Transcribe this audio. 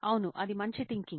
అవును అది మంచి థింకింగ్